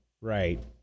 right